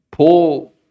Paul